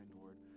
Lord